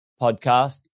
podcast